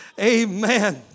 Amen